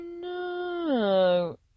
no